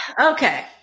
Okay